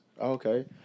Okay